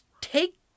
take